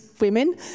women